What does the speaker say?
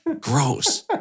Gross